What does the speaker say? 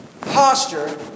posture